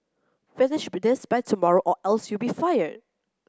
finish be this by tomorrow or else you'll be fired